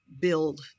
build